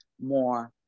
more